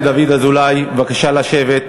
דוד אזולאי, בבקשה לשבת.